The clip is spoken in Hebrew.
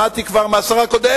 את ההצעה הזאת שמעתי כבר מהשר הקודם.